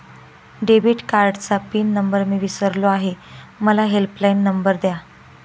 debit कार्डचा pin number मी विसरलो आहे मला हेल्पलाइन नंबर द्या